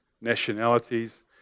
nationalities